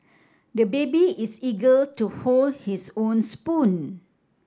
the baby is eager to hold his own spoon